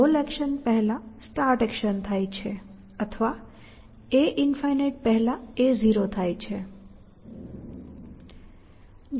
goal action પહેલાં start action થાય છે અથવા a∞ પહેલાં a0 થાય છે